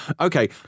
okay